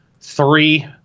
three